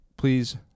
Please